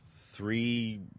three